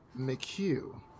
McHugh